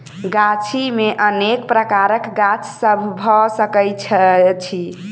गाछी मे अनेक प्रकारक गाछ सभ भ सकैत अछि